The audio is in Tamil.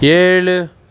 ஏழு